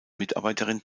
mitarbeiterin